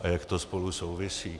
A jak to spolu souvisí.